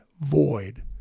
void